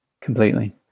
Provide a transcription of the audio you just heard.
Completely